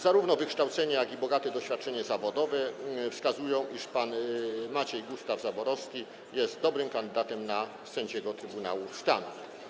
Zarówno wykształcenie, jak i bogate doświadczenie zawodowe wskazują, iż pan Maciej Gustaw Zaborowski jest dobrym kandydatem na sędziego Trybunału Stanu.